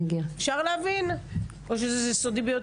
אולי זה סודי?